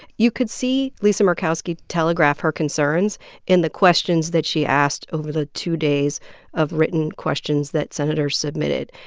you could see lisa murkowski telegraph her concerns in the questions that she asked over the two days of written questions that senators submitted.